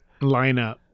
lineup